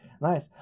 Nice